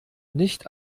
nicht